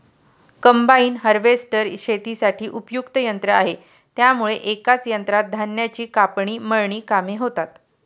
combine harvester शेतीसाठी उपयुक्त यंत्र आहे त्यामुळे एकाच यंत्रात धान्याची कापणी, मळणी कामे होतात